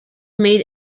made